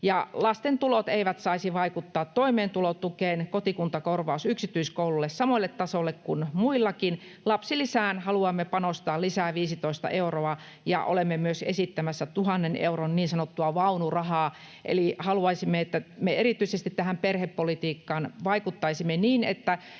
Lasten tulot eivät saisi vaikuttaa toimeentulotukeen, kotikuntakorvaus yksityiskoululle samalle tasolle kuin muillakin, lapsilisään haluamme panostaa lisää 15 euroa, ja olemme myös esittämässä tuhannen euron niin sanottua vaunurahaa, eli haluaisimme, että me erityisesti tähän perhepolitiikkaan vaikuttaisimme niin, että